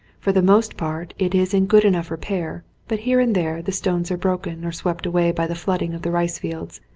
for the most part it is in good enough repair, but here and there the stones are broken or swept away by the flooding of the rice fields,